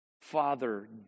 Father